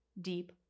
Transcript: deep